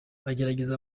agerageza